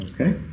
Okay